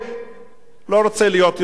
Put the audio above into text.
לא רוצה להיות יותר טוב מאחרים,